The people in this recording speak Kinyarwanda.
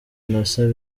innocent